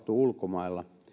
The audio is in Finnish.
ulkomailla